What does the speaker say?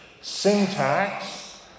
Syntax